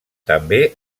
també